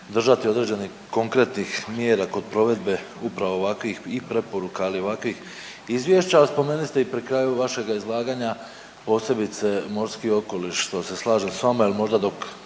držati određenih konkretnih mjera kod provedbe upravo ovakvih i preporuka, ali i ovakvih izvješća, a spomenuli ste i pri kraju vašega izlaganja posebice morski okoliš što se slažem s vama jer možda dok